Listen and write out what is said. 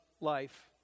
life